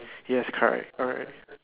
yes correct alright